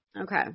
Okay